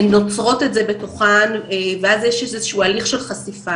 הן נוצרות את זה בתוכן ואז יש איזשהו הליך של חשיפה,